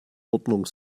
ordnung